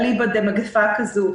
אליבא דמגפה כזו.